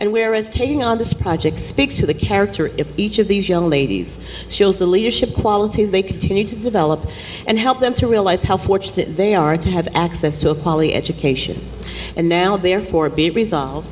and where is taking on this project speaks to the character in each of these young ladies shows the leadership qualities they continue to develop and help them to realize how fortunate they are to have access to a quality education and now therefore be resolved